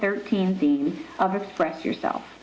thirteen scenes of express yourself